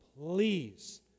please